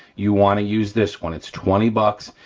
you wanna use this one, it's twenty bucks,